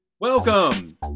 Welcome